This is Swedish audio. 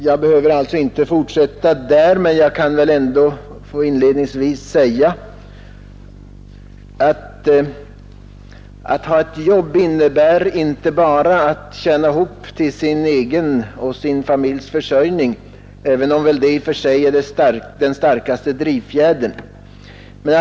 Jag fortsätter alltså inte på det ämnet men jag kan väl ändå inledningsvis få säga detta: Att ha ett jobb innebär inte bara att tjäna ihop till sin egen och sin familjs försörjning — även om det i och för sig är den starkaste drivfjädern.